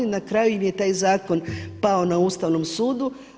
Na kraju im je taj zakon pao na Ustavnom sudu.